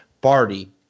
Barty